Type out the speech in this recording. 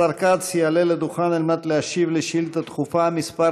השר כץ יעלה לדוכן כדי להשיב על שאילתה דחופה מס'